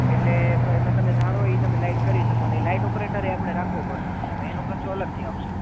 એટલે એમાં ધારો ઈ તમે લાઈટ કરી શકોને ઈ લાઈટ ઉપર અતારે રાખવું પડશે મોટા ભાઈ એનો ખર્ચો અલગથી આવશે